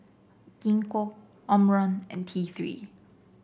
Gingko Omron and T Three